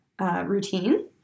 routine